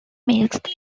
missed